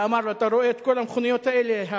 ואמר לו: אתה רואה את כל המכוניות האלה,